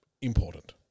important